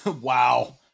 wow